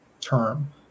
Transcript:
term